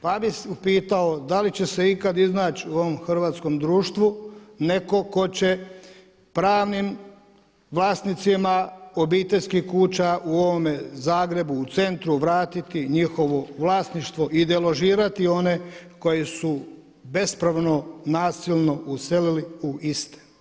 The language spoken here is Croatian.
Pa bih upitao da li će se ikad iznaći u ovom hrvatskom društvu netko tko će pravnim vlasnicima obiteljskih kuća u ovome Zagrebu, u centru vratiti njihovo vlasništvo i deložirati one koji su bespravno, nasilno uselili u iste.